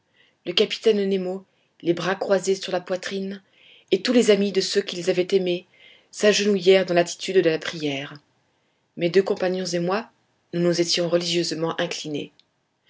le capitaine nemo les bras croisés sur la poitrine et tous les amis de celui qui les avait aimés s'agenouillèrent dans l'attitude de la prière mes deux compagnons et moi nous nous étions religieusement inclinés